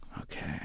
Okay